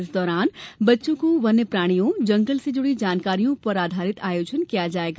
इस दौरान बच्चों को वन्य प्राणियों जंगल से जुड़ी जानकारियों पर आधारित आयोजन किया जायेगा